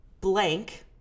blank